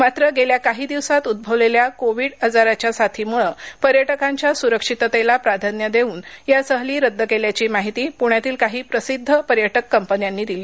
मात्र गेल्या काही दिवसात उद्रवलेल्या कोविड आजाराच्या साथीमुळं पर्यटकांच्या सुरक्षिततेला प्राधान्य देऊन या सहली रद्द केल्याची माहिती पुण्यातील काही प्रसिद्ध पर्यटक कंपन्यांनी दिली